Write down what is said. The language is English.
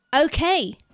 Okay